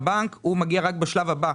לבנק הוא מגיע רק בשלב הבא.